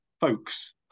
Folks